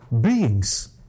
beings